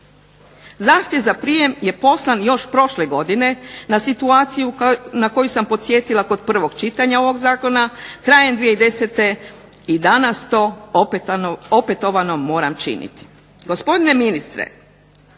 Zahtjev za prijem je poslan još prošle godine, na situaciju na koju sam podsjetila još kod prvog čitanja ovog Zakona, krajem 2010. i danas to opetovano moram činiti.